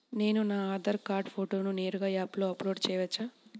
నేను నా ఆధార్ కార్డ్ ఫోటోను నేరుగా యాప్లో అప్లోడ్ చేయవచ్చా?